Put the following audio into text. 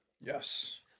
Yes